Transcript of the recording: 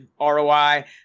ROI